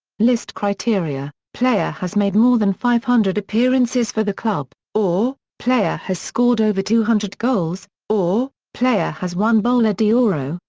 list criteria player has made more than five hundred appearances for the club, or player has scored over two hundred goals, or player has won bola de ouro,